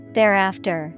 Thereafter